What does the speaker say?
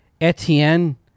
Etienne